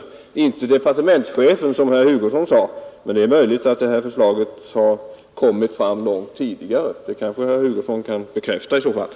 Det har inte framförts som departementschefens förslag som herr Hugosson sade. Men det är möjligt att förslaget kommit fram långt tidigare. Det kanske herr Hugosson i så fall kan bekräfta.